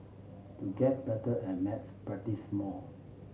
to get better at maths practice more